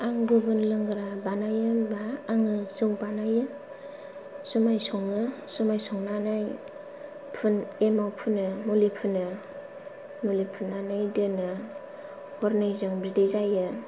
आं गुबुन लोंग्रा बानायो होनब्ला जौ बानायो जुमाइ सङो जुमाइ संनानै एमाव फुनो मुलि फुनो मुलि फुननानै दोनो हरनैजों बिदै जायो